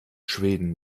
schweden